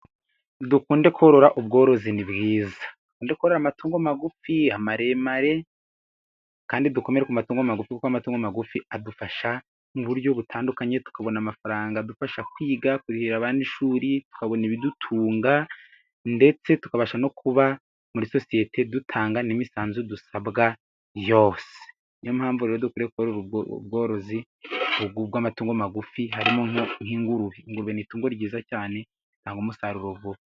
Dukunde korora ubworozi ni bwiza. Korora amatungo magufi maremare kandi dukomere ku matungo magufi kuko amatungo magufi adufasha mu buryo butandukanye tukabona amafaranga adufasha kwiga, kurihira abandi ishuri tukabona ibidutunga ndetse tukabasha no kuba muri sosiyete dutanga n'imisanzu dusabwani yose niyo mpamvu rero dukwiye ubwo ubworozi bwa amatungo magufi harimo nk'ingurube. Ingurube ni itungo ryiza cyane nta umusaruro....